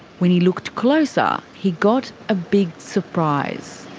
when he looked closer he got a big surprise.